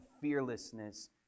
fearlessness